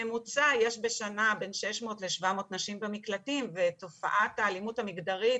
בממוצע יש בשנה בין 600 ל-700 נשים במקלטים ותופעת האלימות המגדרית